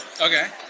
Okay